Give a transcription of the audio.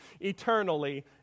eternally